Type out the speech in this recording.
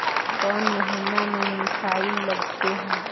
कौन महीना में मिसाइल लगते हैं?